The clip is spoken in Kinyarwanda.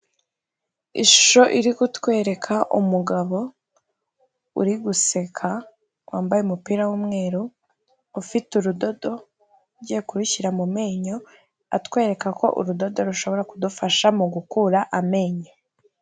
Ishusho iri kutwereka umugabo uri guseka wambaye umupira w'umweru, ufite urudodo, ugiye kurushyira mu menyo, atwereka ko urudodo rushobora kudufasha mu gukura amenyo.